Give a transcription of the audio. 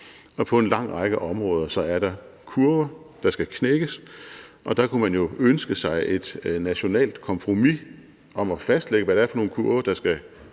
på en lang række områder er der kurver, der skal knækkes. Der kunne man jo ønske sig et nationalt kompromis om at fastlægge, hvad det er for nogle kurver, der skal